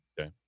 Okay